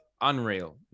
unreal